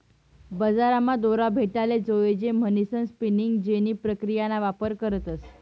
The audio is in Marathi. बजारमा दोरा भेटाले जोयजे म्हणीसन स्पिनिंग जेनी प्रक्रियाना वापर करतस